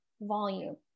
volume